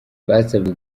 basabwe